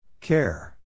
Care